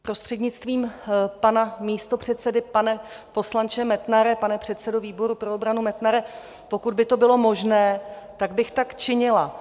Prostřednictvím pana místopředsedy, pane poslanče Metnare, pane předsedo výboru pro obranu Metnare, pokud by to bylo možné, tak bych tak činila.